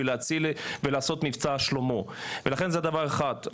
ולעשות את מבצע שלמה ולכן זה דבר אחד.